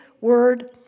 word